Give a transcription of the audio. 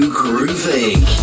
grooving